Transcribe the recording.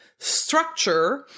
structure